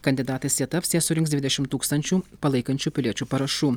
kandidatais jie taps jei surinks dvidešimt tūkstančių palaikančių piliečių parašų